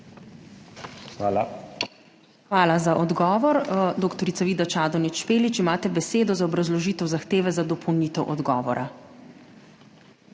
Hvala za odgovor. Dr. Vida Čadonič Špelič, imate besedo za obrazložitev zahteve za dopolnitev odgovora.